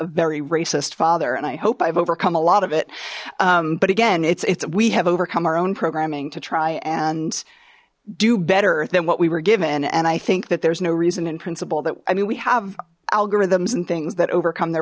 very racist father and i hope i've overcome a lot of it but again it's it's we have overcome our own programming to try and do better than what we were given and i think that there's no reason in principle that i mean we have algorithms and things that overcome their